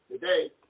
today